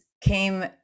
came